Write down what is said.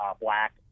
black